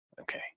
Okay